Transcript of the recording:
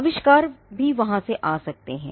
आविष्कार भी वहाँ से आ सकते हैं